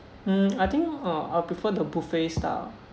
um I think uh I'll prefer the buffet style